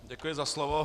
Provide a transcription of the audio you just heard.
Děkuji za slovo.